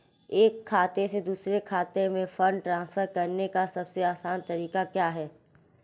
एक खाते से दूसरे खाते में फंड ट्रांसफर करने का सबसे आसान तरीका क्या है?